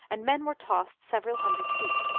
and men were tossed several hundred feet.